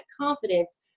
confidence